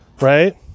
Right